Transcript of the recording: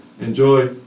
enjoy